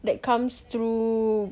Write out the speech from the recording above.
that comes through